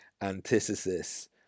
antithesis